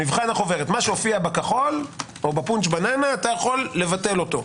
מה שמופיע בכחול או בפונץ' בננה אתה יכול לבטל אותו.